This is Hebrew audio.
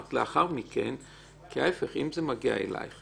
שאמרת לאחר מכן, כי להפך, אם זה מגיע אלייך